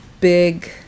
big